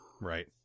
Right